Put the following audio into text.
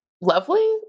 lovely